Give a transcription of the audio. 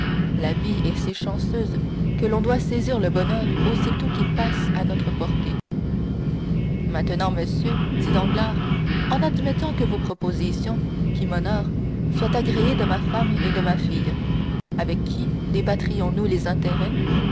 la vie est si chanceuse que l'on doit saisir le bonheur aussitôt qu'il passe à notre portée maintenant monsieur dit danglars en admettant que vos propositions qui m'honorent soient agréées de ma femme et de ma fille avec qui débattrions nous les intérêts